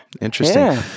Interesting